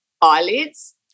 eyelids